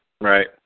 Right